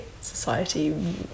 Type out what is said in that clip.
society